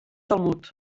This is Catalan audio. talmud